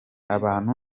abantu